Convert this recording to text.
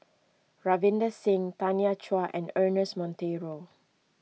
Ravinder Singh Tanya Chua and Ernest Monteiro